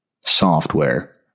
software